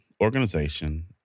organization